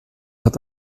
hat